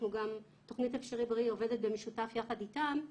תוכנית "אפשריבריא" עובדת במשותף יחד איתם,